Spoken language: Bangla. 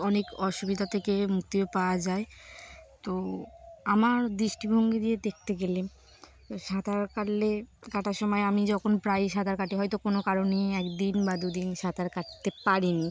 অনেক অসুবিধা থেকে মুক্তিও পাওয়া যায় তো আমার দৃষ্টিভঙ্গি দিয়ে দেখতে গেলে তো সাঁতার কাটলে কাটার সময় আমি যখন প্রায়ই সাঁতার কাটি হয়তো কোনো কারণেই একদিন বা দু দিন সাঁতার কাটতে পারিনি